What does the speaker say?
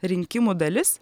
rinkimų dalis